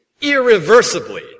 irreversibly